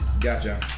Gotcha